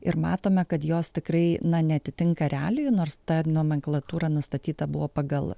ir matome kad jos tikrai na neatitinka realijų nors ta nomenklatūra nustatyta buvo pagal